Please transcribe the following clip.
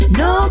no